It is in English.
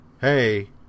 Hey